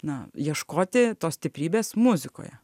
na ieškoti tos stiprybės muzikoje